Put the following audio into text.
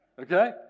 Okay